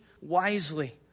wisely